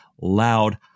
loud